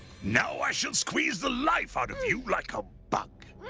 now i shall squeeze the life out of you like a bug.